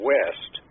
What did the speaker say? West